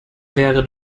wäre